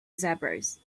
zebras